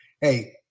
Hey